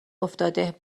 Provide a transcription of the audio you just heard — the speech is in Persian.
افتاده